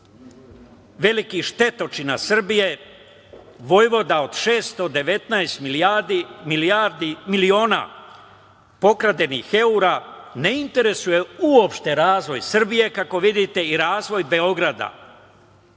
veliki štetočina Srbije, vojvoda od 619 miliona pokradenih evra, ne interesuje uopšte razvoj Srbije, kako vidite, i razvoj Beograda.